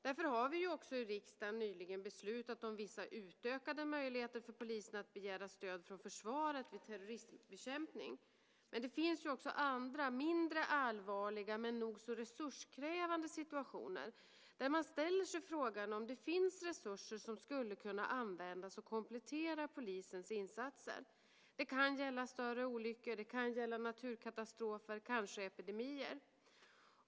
Därför har riksdagen nyligen beslutat om vissa utökade möjligheter för polisen att begära stöd från försvaret vid terrorismbekämpning. Men det finns ju också andra mindre allvarliga, men nog så resurskrävande situationer där man ställer sig frågan om det finns resurser som skulle kunna användas för att komplettera polisens insatser. Det kan gälla större olyckor, naturkatastrofer, kanske epidemier.